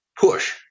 push